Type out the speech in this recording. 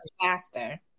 disaster